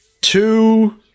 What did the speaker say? Two